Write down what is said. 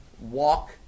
Walk